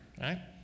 right